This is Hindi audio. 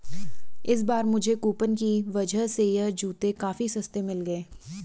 इस बार मुझे कूपन की वजह से यह जूते काफी सस्ते में मिल गए